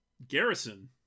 garrison